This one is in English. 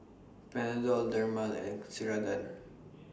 Panadol Dermale and Ceradan